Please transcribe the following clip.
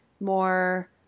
more